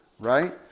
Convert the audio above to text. right